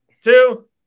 two